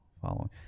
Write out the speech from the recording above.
following